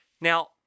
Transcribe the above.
Now